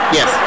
Yes